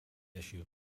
issue